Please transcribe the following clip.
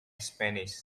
spanish